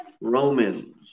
Romans